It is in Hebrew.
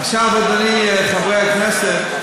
עכשיו, אדוני, חברי הכנסת,